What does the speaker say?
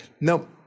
No